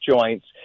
joints